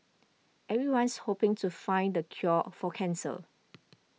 everyone's hoping to find the cure for cancer